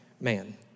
Man